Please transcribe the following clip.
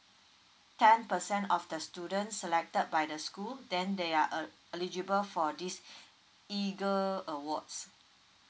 ten percent of the student selected by the school then they are uh eligible for this eagle awards